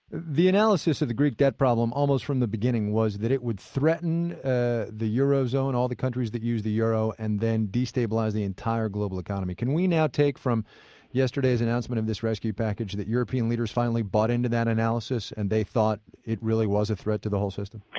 the analysis of the greek debt problem almost from the beginning was that it would threaten ah the eurozone, all of the countries that use the euro, and then destabilize the entire global economy. can we now take from yesterday's announcement of this rescue package that european leaders finally bought into that analysis and they thought it really was a threat to the whole system?